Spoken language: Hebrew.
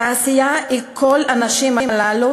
תעשייה היא כל האנשים הללו,